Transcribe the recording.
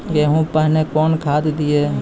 गेहूँ पहने कौन खाद दिए?